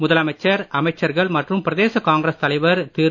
முதலமைச்சர் அமைச்சர்கள் மற்றும் பிரதேச காங்கிரஸ் தலைவர் திரு